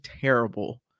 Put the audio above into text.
terrible